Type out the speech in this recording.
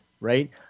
right